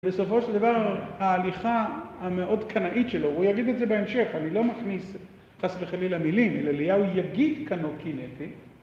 בסופו של דבר, ההליכה המאוד קנאית שלו, הוא יגיד את זה בהמשך, אני לא מכניס חס וחליל מילים, אליהו יגיד קנאו-קינאתי.